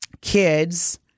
kids